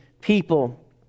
people